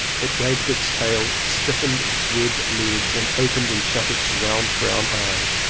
it wagged its tail, stiffened its webbed legs and opened and shut its round brown eyes,